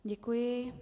Děkuji.